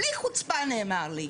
בלי חוצפה נאמר לי,